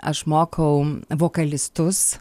aš mokau vokalistus